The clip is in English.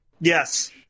Yes